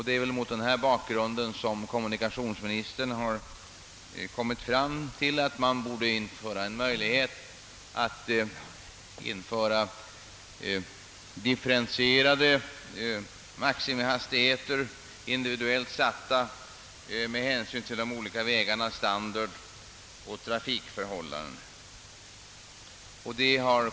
Det är väl mot denna bakgrund kommunikationsministern har funnit att man borde skapa möjlighet att införa differentierade maximihastigheter, individuellt satta med hänsyn till de olika vägarnas standard och trafikförhållanden.